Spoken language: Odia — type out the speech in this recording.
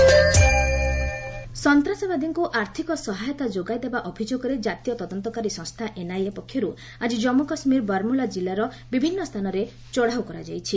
ଜେକେ ଏନ୍ଆଇଏ ରେଡ୍ସ୍ ସନ୍ତାସବାଦୀଙ୍କୁ ଆର୍ଥକ ସହାୟତା ଯୋଗାଇ ଦେବା ଅଭିଯୋଗରେ ଜାତୀୟ ତଦନ୍ତକାରୀ ସଂସ୍ଥା ଏନ୍ଆଇଏ ପକ୍ଷରୁ ଆଜି ଜନ୍ମୁ କାଶ୍ମୀର ବାରମୂଲା କିଲ୍ଲାର ବିଭିନ୍ନ ସ୍ଥାନରେ ଚଢ଼ାଉ କରାଯାଇଛି